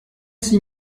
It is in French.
six